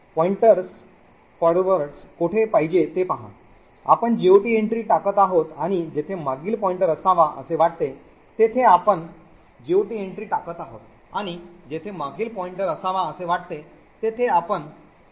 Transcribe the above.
forward pointers कोठे पाहिजे ते पहा आपण GOT entry टाकत आहोत आणि जेथे मागील पॉईंटर असावा असे वाटते तेथे आपण पेलोडवर पॉईंटर टाकत आहोत